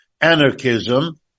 anarchism